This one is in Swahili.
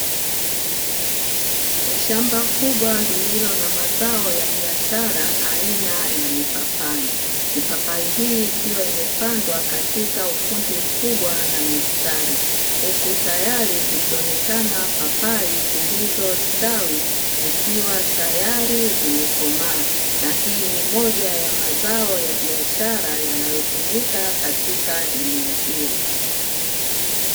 Ni shamba kubwa lililo na mazao ya biashara aina ya mipapai. Mipapai hii ikiwa imepandwa katika ufundi mkubwa na misatri; huku tayari zikionekana papai zilizostawi zikiwa tayari zimekomaa, na hii ni moja ya mazao ya baishara yanayotumika katika eneo hilo.